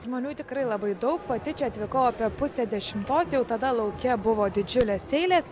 žmonių tikrai labai daug pati čia atvykau apie pusę dešimtos jau tada lauke buvo didžiulės eilės